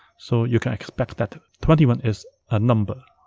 so you can expect that twenty one is a number